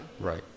Right